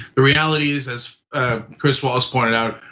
the reality is, as chris wallace pointed out,